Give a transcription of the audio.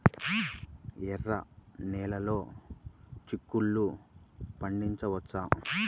ఎర్ర నెలలో చిక్కుల్లో పండించవచ్చా?